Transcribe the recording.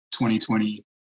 2020